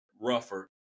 rougher